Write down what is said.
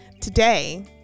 Today